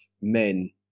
men